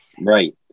Right